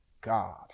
God